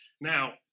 Now